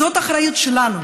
זאת אחריות שלנו,